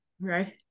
Right